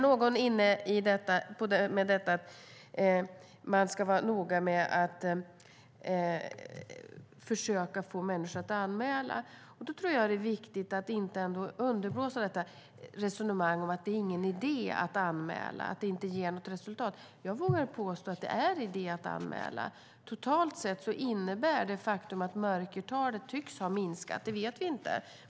Någon var inne på att man ska vara noga med att försöka få människor att anmäla. Då tror jag att det är viktigt att inte underblåsa resonemanget om att det inte är någon idé att anmäla och att det inte ger något resultat. Jag vågar påstå att det är idé att anmäla. Mörkertalet tycks ha minskat, men vi vet inte det.